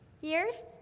years